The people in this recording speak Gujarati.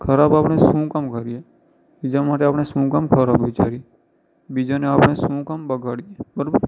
ખરાબ આપણે શું કામ કરીએ બીજા માટે આપણે શું કામ ખરાબ વિચારીએ બીજાનું આપણે શું કામ બગાડીએ બરાબર